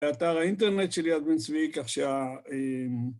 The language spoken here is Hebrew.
לאתר האינטרנט של יד בן צבי, כך שה...